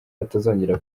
atazongera